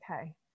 okay